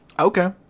Okay